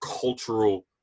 cultural